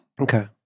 Okay